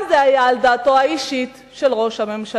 גם זה היה על דעתו האישית של ראש הממשלה.